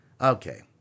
okay